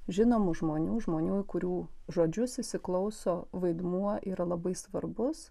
žinomų žmonių žmonių kurių žodžius įsiklauso vaidmuo yra labai svarbus